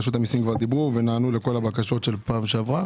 כבר דיברו ונענו לכל הבקשות של פעם שעברה.